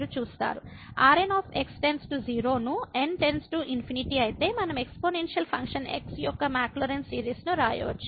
Rn → 0 ను n→∞ అయితే మనం ఎక్స్పోనెన్షియల్ ఫంక్షన్ x యొక్క మాక్లౌరిన్ సిరీస్ను వ్రాయవచ్చు